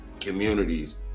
communities